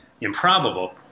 improbable